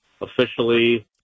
officially